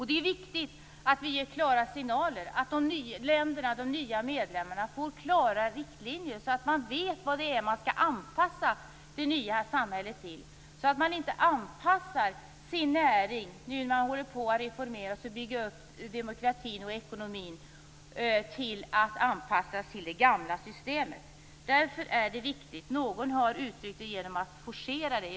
Det är viktigt att vi ger klara signaler, att de nya medlemmarna får klara riktlinjer så att man vet vad man skall anpassa det nya samhället till; detta för att undvika att man nu, när man håller på och reformerar och bygger upp demokratin och ekonomin, anpassar sin näring till det gamla systemet. Någon har uttryckt det i termer om att forcera detta.